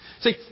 See